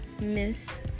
miss